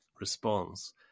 response